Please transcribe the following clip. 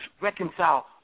reconcile